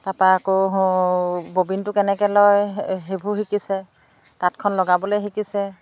তাৰপা আকৌ ববিনটো কেনেকৈ লয় সেইবোৰ শিকিছে তাঁতখন লগাবলৈ শিকিছে